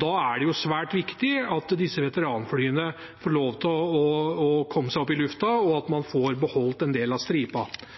Da er det svært viktig at veteranflyene får lov til å komme seg opp i luften, og at man får beholdt en del av